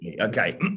Okay